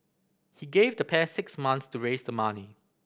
he gave the pair six months to raise the money